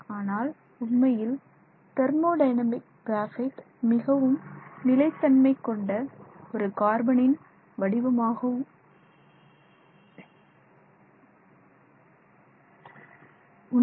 ஆனால்உண்மையில் thermodynamic graphite மிகவும் நிலைதன்மை கொண்ட ஒரு கார்பனின் வடிவமாகும்